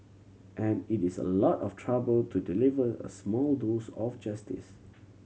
and it is a lot of trouble to deliver a small dose of justice